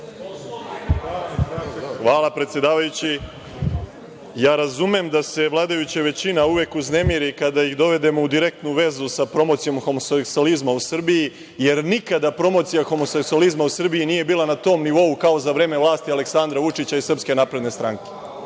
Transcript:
Hvala, predsedavajući. Razumem da se vladajuća većina uvek uznemiri kada ih dovedemo u direktnu vezu sa promocijom homoseksualizma u Srbiji, jer nikada promocija homoseksualizma u Srbiji nije bila na tom nivou kao za vreme vlasti Aleksandra Vučića i SNS. Znači, to je